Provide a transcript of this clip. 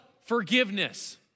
forgiveness